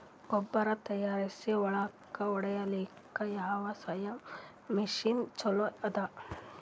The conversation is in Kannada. ಗೊಬ್ಬರ ತಯಾರಿಸಿ ಹೊಳ್ಳಕ ಹೊಡೇಲ್ಲಿಕ ಯಾವ ಸ್ಪ್ರಯ್ ಮಷಿನ್ ಚಲೋ ಅದ?